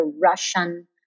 Russian